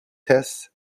test